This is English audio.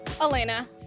Elena